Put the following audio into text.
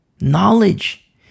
knowledge